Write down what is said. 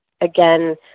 again